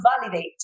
validate